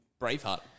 braveheart